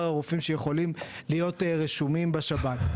הרופאים שיכולים להיות רשומים בשב"ן.